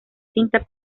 cinta